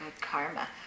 karma